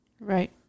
Right